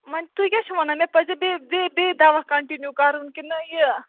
وۄنۍ تُہۍ کیٛاہ چھو وَنان مےٚ پَزیا بیٚیہ بیٚیہِ دوا کنٹِنیو کَرُن کِنہ یہِ